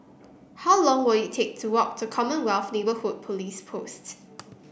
how long will it take to walk to Commonwealth Neighbourhood Police Post